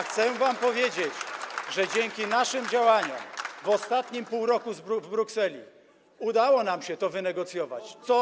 Chcę wam powiedzieć, że dzięki naszym działaniom w ostatnim półroczu w Brukseli udało nam się wynegocjować to.